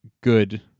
good